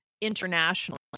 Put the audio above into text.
internationally